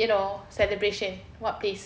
you know celebration what place